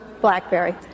Blackberry